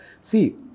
see